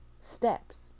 steps